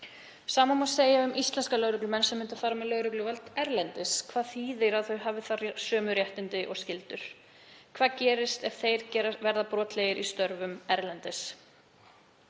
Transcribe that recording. Sama má segja um íslenska lögreglumenn sem myndu fara með lögregluvald erlendis. Hvað þýðir að þeir hafi þar sömu réttindi og skyldur? Hvað gerist ef þeir verða brotlegir í störfum erlendis?